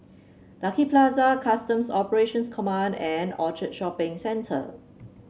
Lucky Plaza Customs Operations Command and Orchard Shopping Centre